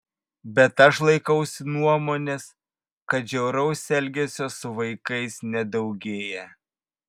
bet aš laikausi nuomonės kad žiauraus elgesio su vaikais nedaugėja